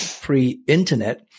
pre-internet